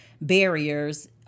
barriers